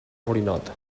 borinot